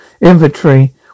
inventory